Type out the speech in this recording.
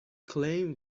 claim